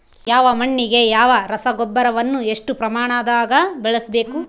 ಯಾವ ಮಣ್ಣಿಗೆ ಯಾವ ರಸಗೊಬ್ಬರವನ್ನು ಎಷ್ಟು ಪ್ರಮಾಣದಾಗ ಬಳಸ್ಬೇಕು?